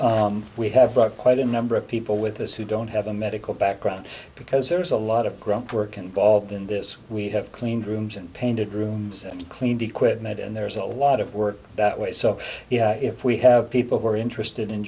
both we have but quite a number of people with us who don't have a medical background because there's a lot of grunt work involved in this we have cleaned rooms and painted rooms and cleaned equipment and there's a lot of work that way so if we have people who are interested in